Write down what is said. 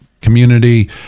community